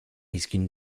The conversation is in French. risquent